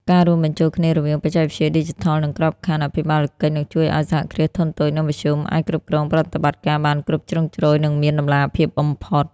ការរួមបញ្ចូលគ្នារវាងបច្ចេកវិទ្យាឌីជីថល និងក្របខណ្ឌអភិបាលកិច្ច នឹងជួយឱ្យ សហគ្រាសធុនតូច និងមធ្យម អាចគ្រប់គ្រងប្រតិបត្តិការបានគ្រប់ជ្រុងជ្រោយ និងមានតម្លាភាពបំផុត។